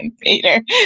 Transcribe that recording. Peter